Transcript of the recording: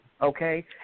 okay